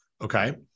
Okay